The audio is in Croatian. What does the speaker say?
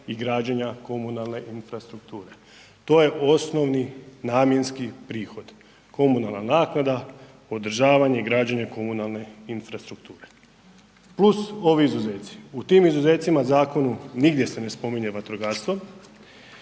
i građenja komunalne infrastrukture. To je osnovni namjenski prihod, komunalna naknada, održavanje i građenje komunalne infrastrukture plus ovi izuzeci, u tim izuzecima u zakonu nigdje se ne spominje vatrogastvo